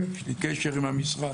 יש לי קשר עם המשרד.